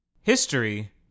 History